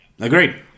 agreed